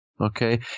okay